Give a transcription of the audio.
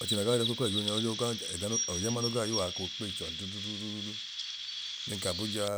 Ọchẹ na gaa dọk'uklọ ẹgiinu nya ojeyan ogaa ojama no gaa yuwọa akoo kpeyi chọọn dudududuudu bẹn k'abujaa